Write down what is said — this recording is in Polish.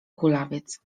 kulawiec